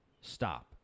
stop